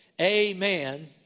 amen